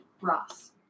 Ross